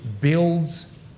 builds